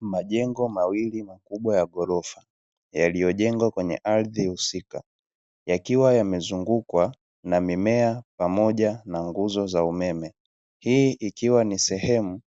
Majengo mawili makubwa ya gorofa yaliyojengwa kwenye ardhi husika yakiwa yamezungukwa na mimea pamoja na nguzo za umeme, hii ikiwa ni sehemu